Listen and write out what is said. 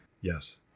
Yes